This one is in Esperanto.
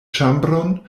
ĉambron